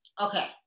Okay